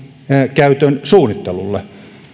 käytön suunnittelulle